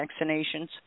vaccinations